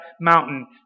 mountain